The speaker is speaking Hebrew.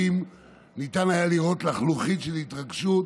ניתן היה לראות לחלוחית של התרגשות